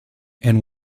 and